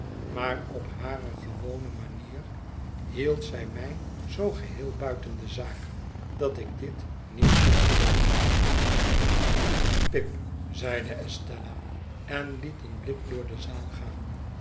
maar op hare gewone manier hield zij mij zoo geheel buiten de zaak dat ik dit niet kon gelooven pip zeide estella en liet een blik door de zaal gaan